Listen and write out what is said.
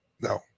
No